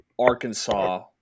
Arkansas